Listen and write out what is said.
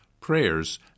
prayers